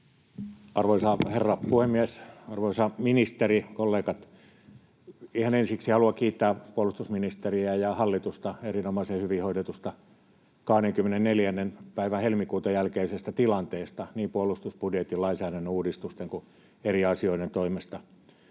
Arvoisa herra puhemies! Arvoisa ministeri, kollegat! Ihan ensiksi haluan kiittää puolustusministeriä ja hallitusta erinomaisen hyvin hoidetusta 24. päivän helmikuuta jälkeisestä tilanteesta niin puolustusbudjetin, lainsäädännön uudistusten kuin eri asioiden toimesta.